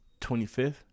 25th